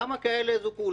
כמה כאלה זוכו?